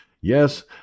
yes